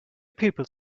people